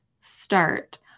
start